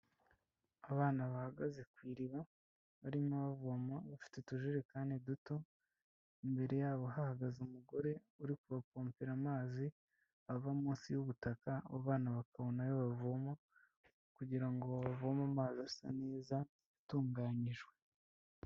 Abana bahagaze ku iriba barimo bavoma bafite utujerekani duto, imbere yabo hahagaze umugore uri kubapopera amazi ava munsi y'ubutaka abo abana bakabona ayo bavoma, kugira ngo bavome amazi asa neza atunganyijwe.